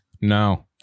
No